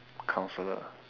a counsellor